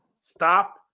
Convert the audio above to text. Stop